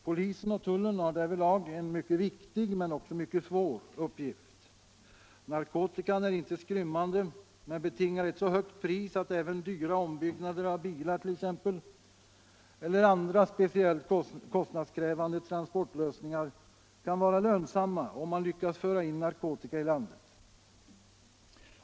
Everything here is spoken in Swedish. Polisen och tullen har därvidlag en mycket viktig men också mycket svår uppgift. Narkotikan är inte skrymmande men betingar ett så högt pris att även dyra ombyggnader av bilar eller andra kostnadskrävande transportlösningar kan vara lönsamma om man lyckas föra in narkotika i landet.